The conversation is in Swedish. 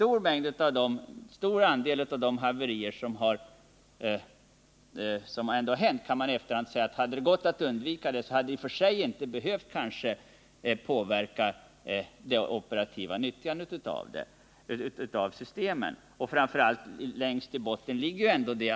Om en stor andel av de haverier som hänt kan man kanske i efterhand säga att det hade varit möjligt att vidta åtgärder för att undvika haverierna, utan att det hade behövt väsentligt påverka det operativa utnyttjandet av systemen.